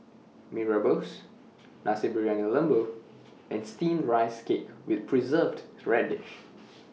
Mee Rebus Nasi Briyani Lembu and Steamed Rice Cake with Preserved Radish